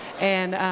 and